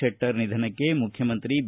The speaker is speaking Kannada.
ಶೆಟ್ಟರ್ ನಿಧನಕ್ಕೆ ಮುಖ್ಯಮಂತ್ರಿ ಬಿ